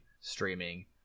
streaming